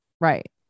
Right